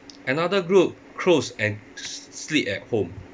another group close and s~ sleep at home